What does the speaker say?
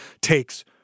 takes